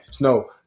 No